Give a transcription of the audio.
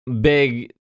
big